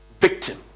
victim